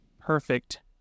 perfect